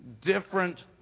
different